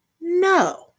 No